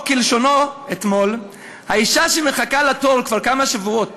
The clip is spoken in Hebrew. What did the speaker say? או כלשונו אתמול: האישה שמחכה לתור כבר כמה שבועות